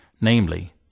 namely